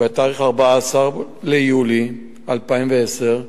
ב-14 ביולי 2010,